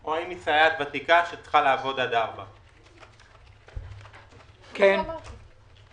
או האם היא סייעת ותיקה שצריכה לעבוד עד 4:00. השנה,